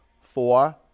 Four